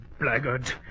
Blackguard